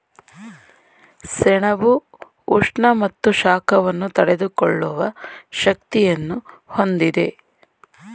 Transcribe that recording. ಸೆಣಬು ಉಷ್ಣ ಮತ್ತು ಶಾಖವನ್ನು ತಡೆದುಕೊಳ್ಳುವ ಶಕ್ತಿಯನ್ನು ಹೊಂದಿದೆ